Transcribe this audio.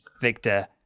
Victor